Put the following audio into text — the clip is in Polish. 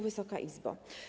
Wysoka Izbo!